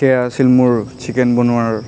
সেইয়া আছিল মোৰ চিকেন বনোৱাৰ